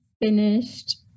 finished